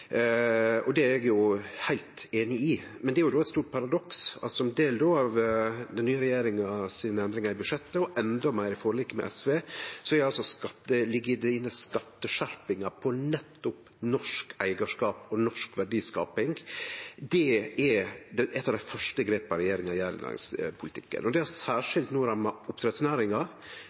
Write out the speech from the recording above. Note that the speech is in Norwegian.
og det er eg heilt einig i. Men det er då eit stort paradoks at som del av den nye regjeringa sine endringar i budsjettet, og endå meir i forliket med SV, ligg det inne skatteskjerpingar på nettopp norsk eigarskap og norsk verdiskaping. Det er eit av dei første grepa regjeringa tek i næringspolitikken, og det rammar no særskilt oppdrettsnæringa,